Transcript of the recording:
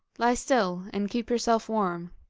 lie still, and keep yourself warm